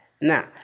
Now